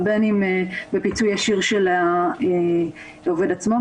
ובין אם בפיצוי ישיר של העובד עצמו.